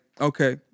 okay